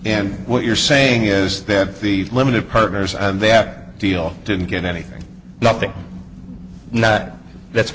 and what you're saying is that the limited partners and that deal didn't get anything nothing that that's